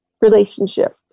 relationship